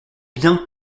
bien